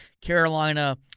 Carolina